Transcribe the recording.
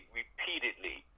repeatedly